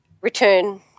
return